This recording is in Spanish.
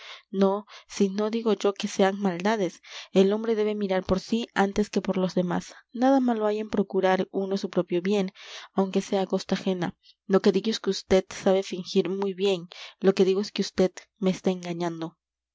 no si no digo yo que sean maldades el hombre debe mirar por sí antes que por los demás nada malo hay en procurar uno su propio bien aunque sea a costa ajena lo que digo es que vd sabe fingir muy bien lo que digo es que vd me está engañando